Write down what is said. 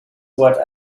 what